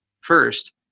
First